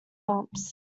bumps